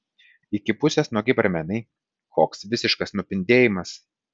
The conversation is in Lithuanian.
iki pusės nuogi barmenai koks visiškas nupindėjimas